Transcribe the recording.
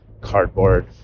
cardboard